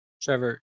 Trevor